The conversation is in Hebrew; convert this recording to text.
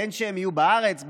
בין שהם יהיו בארץ,